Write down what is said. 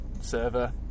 server